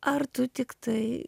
ar tu tiktai